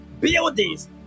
buildings